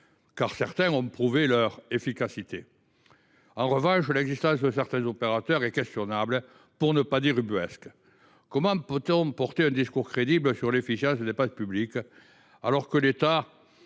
d’entre eux ont prouvé leur efficacité. En revanche, l’existence d’autres opérateurs est questionnable, pour ne pas dire ubuesque. Comment peut on porter un discours crédible sur l’efficience des dépenses publiques alors que l’État